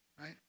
Right